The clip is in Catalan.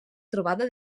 trobada